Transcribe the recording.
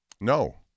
No